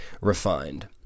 refined